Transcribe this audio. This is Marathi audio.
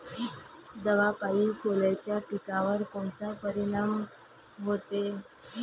दवापायी सोल्याच्या पिकावर कोनचा परिनाम व्हते?